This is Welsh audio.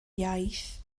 iaith